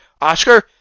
Oscar